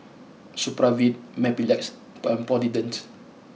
Supravit Mepilex and Polident